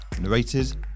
Narrated